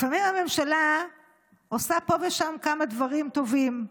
לפעמים הממשלה עושה פה ושם כמה דברים טובים,